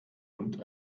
und